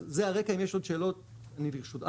אז זה הרקע, אם יש עוד שאלות אנחנו ברשותכם.